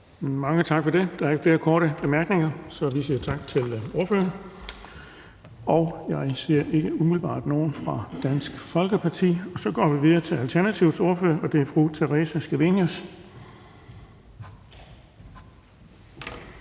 Bonnesen): Der er ikke flere korte bemærkninger, så vi siger tak til ordføreren. Jeg ser ikke umiddelbart nogen fra Dansk Folkeparti, så vi går videre til Alternativets ordfører, og det er fru Theresa Scavenius.